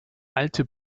alte